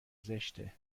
زشته